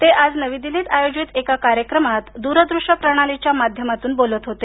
ते आज नवी दिल्लीत आयोजित एका कार्यक्रमात दूरदृष्य प्रणालीच्या माध्यमातून बोलत होते